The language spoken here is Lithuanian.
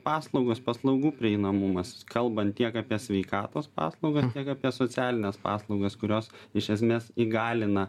paslaugos paslaugų prieinamumas kalbant tiek apie sveikatos paslaugas tiek apie socialines paslaugas kurios iš esmės įgalina